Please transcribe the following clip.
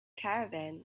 caravan